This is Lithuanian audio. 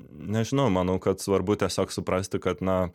nežinau manau kad svarbu tiesiog suprasti kad na